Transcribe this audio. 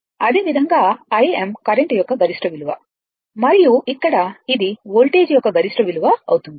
అదేవిధంగా Im current యొక్క గరిష్ట విలువ మరియు ఇక్కడ ఇది వోల్టేజ్ యొక్క గరిష్ట విలువ అవుతుంది